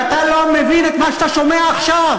ואתה לא מבין את מה שאתה שומע עכשיו.